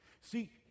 See